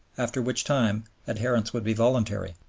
after which time adherence would be voluntary.